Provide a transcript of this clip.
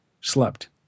slept